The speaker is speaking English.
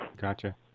Gotcha